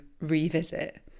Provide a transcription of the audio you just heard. revisit